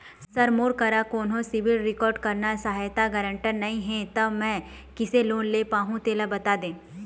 sir मोर करा कोन्हो सिविल रिकॉर्ड करना सहायता गारंटर नई हे ता मे किसे लोन ले पाहुं तेला बता दे